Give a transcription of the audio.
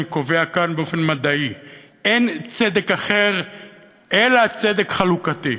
אני קובע כאן באופן מדעי: אין צדק אחר אלא צדק חלוקתי.